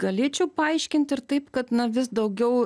galėčiau paaiškinti ir taip kad na vis daugiau